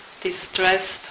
distressed